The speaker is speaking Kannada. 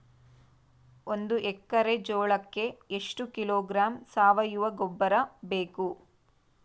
ಒಂದು ಎಕ್ಕರೆ ಜೋಳಕ್ಕೆ ಎಷ್ಟು ಕಿಲೋಗ್ರಾಂ ಸಾವಯುವ ಗೊಬ್ಬರ ಬೇಕು?